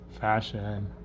fashion